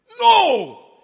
No